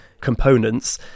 components